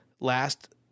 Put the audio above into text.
last